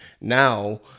Now